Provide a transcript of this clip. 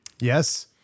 Yes